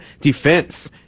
defense